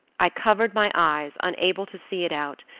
i covered my eyes, unable to see it out,